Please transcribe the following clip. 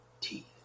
teeth